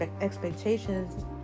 expectations